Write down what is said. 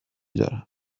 دارم